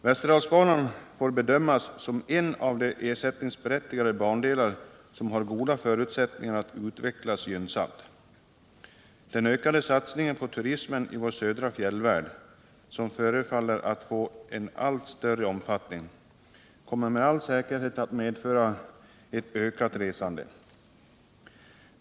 Västerdalsbanan får bedömas som en av de ersättningsberättigade bandelar som har goda förutsättningar att utvecklas gynnsamt. Satsningen på turismen i vår södra fjällvärld, som förefaller att få en allt större omfattning, kommer med all säkerhet att medföra ett ökat resande.